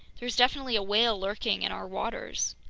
there's definitely a whale lurking in our waters.